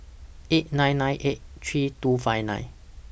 eight nine nine eight three two five nine